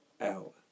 Out